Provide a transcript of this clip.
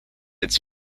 its